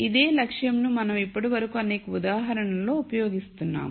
ఇదే లక్ష్యం ను మనం ఇప్పటివరకు అనేక ఉదాహరణలలో ఉపయోగిస్తున్నాము